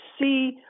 see